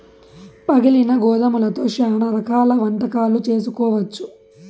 పగిలిన గోధుమలతో శ్యానా రకాల వంటకాలు చేసుకోవచ్చు